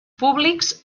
públics